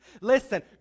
Listen